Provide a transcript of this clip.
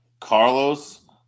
Carlos